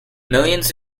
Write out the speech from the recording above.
millions